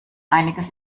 einiges